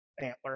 antler